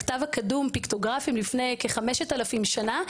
הכתב הקדום לפני כחמשת אלפים שנה,